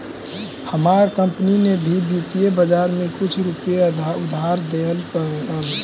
हमार कंपनी ने भी वित्तीय बाजार में कुछ रुपए उधार देलकइ हल